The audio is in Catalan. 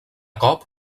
cop